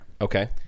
Okay